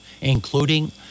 including